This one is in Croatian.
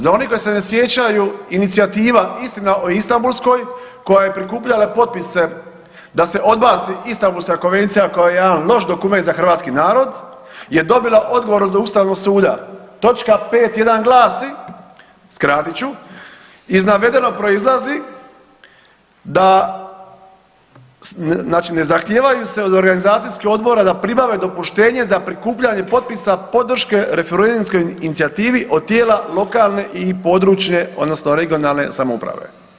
Za one koji se ne sjećaju, inicijativa „Istina o Istambulskoj“ koja je prikupljala potpise da se odbaci Istambulska konvencija koja je jedan loš dokument za hrvatski narod je dobila odgovor od ustavnog suda, točka 5.1. glasi, skratit ću, iz navedenog proizlazi da znači ne zahtijevaju se od organizacijskih odbora da pribave dopuštenje za prikupljanje potpisa podrške referendumskoj inicijativi od tijela lokalne i područne odnosno regionalne samouprave.